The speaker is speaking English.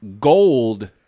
gold